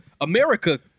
America